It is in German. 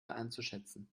einzuschätzen